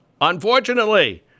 Unfortunately